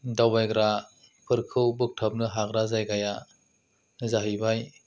दावबायग्राफोरखौ बोगथाबनो हाग्रा जायगाया जाहैबाय